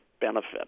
benefit